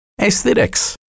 Aesthetics